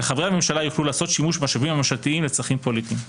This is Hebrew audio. וחברי הממשלה יוכלו לעשות שימוש במשאבים הממשלתיים לצרכים פוליטיים.